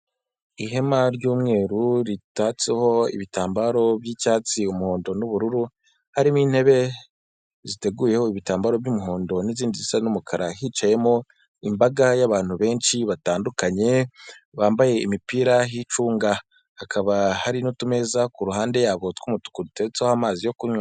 Ihema ry'umweru ritatseho ibitambaro by'icyatsi umuhondo n'ubururu harimo intebe ziteguyeho ibitambaro by'umuhondo n'izindi zisa n'umukara hicayemo imbaga y'abantu benshi batandukanye bambaye imipira y'icunga hakaba hari n'utumeza ku ruhande yabo tw'umutuku duteretseho amazi yo kunywa.